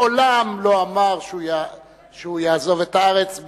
מעולם לא אמר שהוא יעזוב את הארץ.